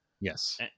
Yes